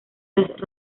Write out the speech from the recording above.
las